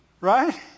Right